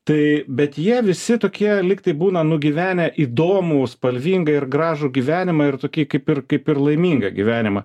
tai bet jie visi tokie lyg tai būna nugyvenę įdomų spalvingą ir gražų gyvenimą ir tokį kaip ir kaip ir laimingą gyvenimą